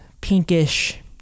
pinkish